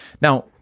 Now